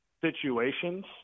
situations